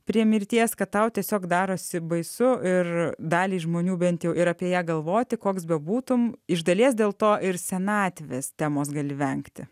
prie mirties kad tau tiesiog darosi baisu ir daliai žmonių bent jau ir apie ją galvoti koks bebūtum iš dalies dėl to ir senatvės temos gali vengti